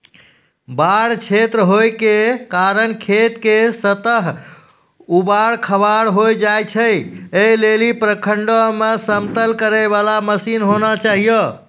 बाढ़ क्षेत्र होय के कारण खेत के सतह ऊबड़ खाबड़ होय जाए छैय, ऐ लेली प्रखंडों मे समतल करे वाला मसीन होना चाहिए?